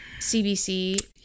CBC